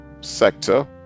sector